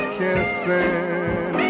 kissing